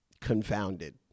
confounded